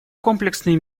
комплексные